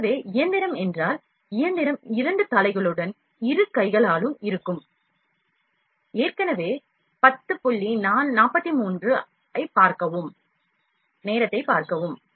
எனவே இயந்திரம் என்றால் இயந்திரம் இரண்டு தலைகளுடன் இரு கைகளாலும் இருக்கும் நேரம் 1043 ஐப் பார்க்கவும் வேலை